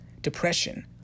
depression